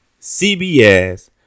CBS